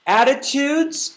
attitudes